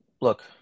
look